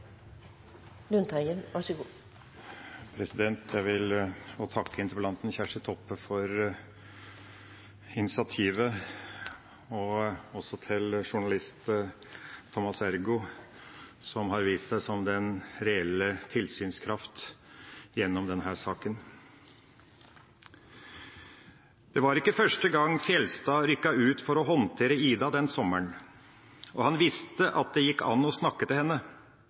har vist seg som den reelle tilsynskraft gjennom denne saken. «Det var ikke første gang Geir Fjeldstad rykket ut for å håndtere Ida den sommeren, og han visste at det gikk an å snakke til henne.